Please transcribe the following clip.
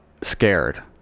scared